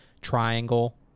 triangle